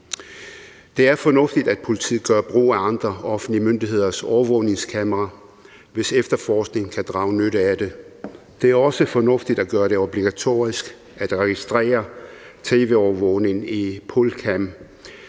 Det er fornuftigt, at politiet gør brug af andre offentlige myndigheders overvågningskameraer, hvis efterforskningen kan drage nytte af det. Det er også fornuftigt at gøre det obligatorisk at registrere tv-overvågning i POLCAM.